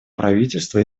правительство